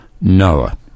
Noah